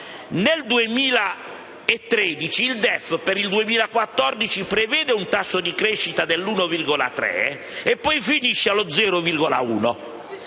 Nel 2013 il DEF per il 2014 prevedeva un tasso di crescita dell'1,3 per poi finire allo 0,1.